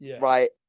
Right